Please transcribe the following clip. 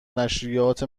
نشریات